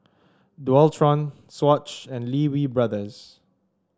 Dualtron Swatch and Lee Wee Brothers